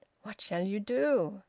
what shall you do?